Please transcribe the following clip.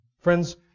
Friends